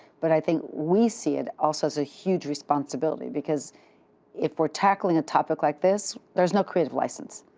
but i think we see it also as a huge responsibility, because if we're tackling a topic like this, there is no creative license.